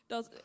Dat